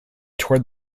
toured